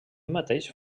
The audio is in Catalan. mateix